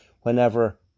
whenever